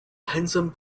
handsome